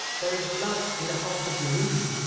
there is blood in the heart of the ruby,